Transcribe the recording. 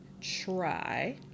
try